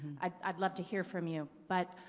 i'd i'd love to hear from you. but,